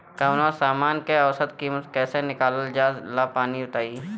कवनो समान के औसत कीमत कैसे निकालल जा ला तनी बताई?